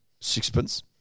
Sixpence